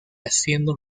haciendo